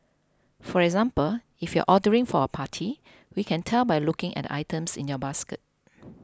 for example if you're ordering for a party we can tell by looking at the items in your basket